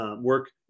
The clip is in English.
work